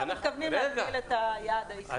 איך הם מתכוונים להגדיל את יעד האיסוף?